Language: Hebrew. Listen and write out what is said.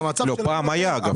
פעם היה, אגב.